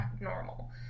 normal